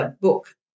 book